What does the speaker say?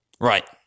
Right